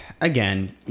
again